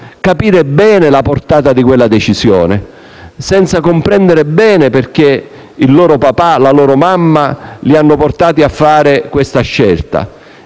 capire bene la portata di quella decisione e senza comprendere bene perché il loro papà e la loro mamma li hanno portati a fare quella scelta.